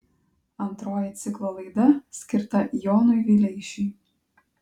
antroji ciklo laida skirta jonui vileišiui